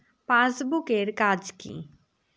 Passbook এর কাজ কি?